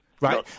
Right